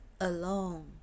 alone